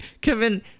kevin